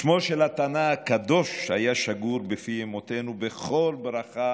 שמו של התנא הקדוש היה שגור בפי אימותינו בכל ברכה